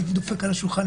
הייתי דופק על השולחן,